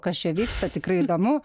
kas čia vyksta tikrai įdomu